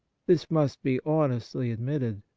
this must be honestly ad mitted.